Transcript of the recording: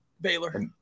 Baylor